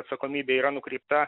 atsakomybė yra nukreipta